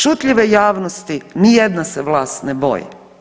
Šutljive javnosti ni jedna se vlast ne boji.